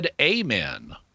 amen